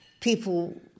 people